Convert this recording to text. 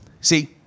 See